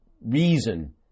reason